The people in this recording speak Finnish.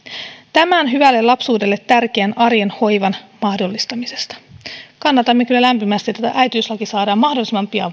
tämän hyvälle lapsuudelle tärkeän arjen hoivan mahdollistamisesta kannatan nyt kyllä lämpimästi että tämä äitiyslaki saadaan mahdollisimman pian